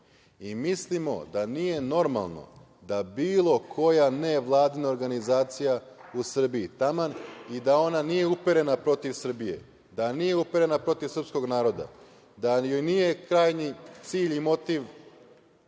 i mislimo da nije normalno da bilo koja nevladina organizacija u Srbiji je taman i da ona nije uperena protiv Srbije, da nije uprena protiv srpskog naroda, da joj nije krajnji cilj i motiv